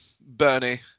Bernie